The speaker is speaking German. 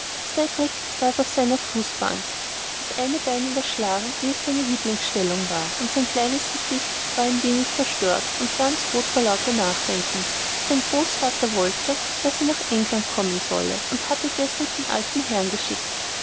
saß auf seiner fußbank das eine bein übergeschlagen wie es seine lieblingsstellung war und sein kleines gesicht war ein wenig verstört und ganz rot vor lauter nachdenken sein großvater wollte daß er nach england kommen solle und hatte deshalb den alten herrn geschickt